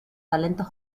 talentos